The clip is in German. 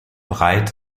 breit